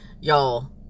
y'all